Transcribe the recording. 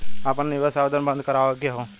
आपन निवेश आवेदन बन्द करावे के हौ?